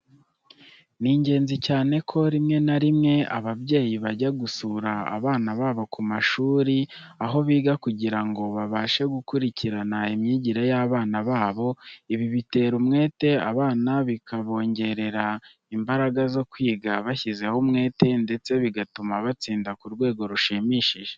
Ni ingenzi cyane ko rimwe na rimwe ababyeyi bajya gusura abana babo ku mashuri, aho biga kugira ngo babashe gukurikirana imyigire y'abana babo. Ibi bitera umwete abana bikabongerera imbaraga zo kwiga bashyizeho umwete, ndetse bigatuma batsinda ku rwego rushimishije.